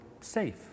safe